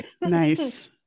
nice